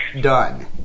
done